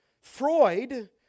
freud